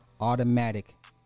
Automatic